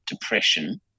depression